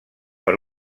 per